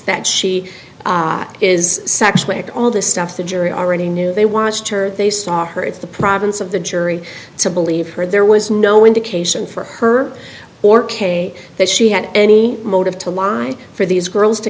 sexually it all the stuff the jury already knew they watched her they saw her it's the province of the jury to believe her there was no indication for her or kay that she had any motive to lie for these girls to